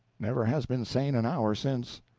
never has been sane an hour since.